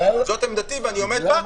זאת עמדתי ואני עומד עליה.